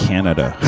Canada